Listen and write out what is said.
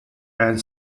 and